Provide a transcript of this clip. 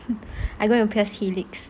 I going to pierce helix